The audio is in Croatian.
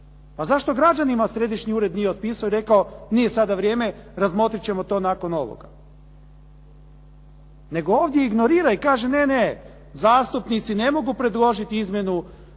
A zašto građani središnji ured nije otpisao i rekao nije sada vrijeme, razmotrit ćemo to nakon ovoga? Nego ovdje ignorira i kaže ne, ne, zastupnici ne mogu predložit izmjenu